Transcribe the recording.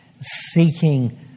seeking